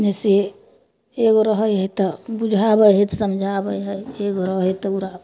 जइसे एगो रहै हइ तऽ बुझाबै हइ समझाबै हइ एगो रहै हइ तऽ ओकरा